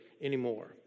anymore